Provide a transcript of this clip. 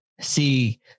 see